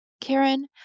Karen